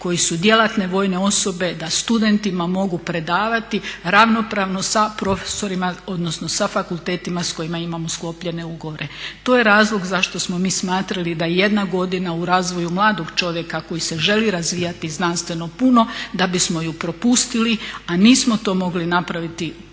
koji su djelatne vojne osobe da studentima mogu predavati ravnopravno sa profesorima odnosno sa fakultetima s kojima imamo sklopljene ugovore. To je razlog zašto smo mi smatrali da jedna godina u razvoju mladog čovjeka koji se želi razvijati znanstveno puno da bismo ju propustili, a nismo to mogli napraviti neki